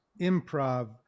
improv